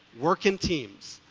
work in teams.